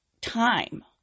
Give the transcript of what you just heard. time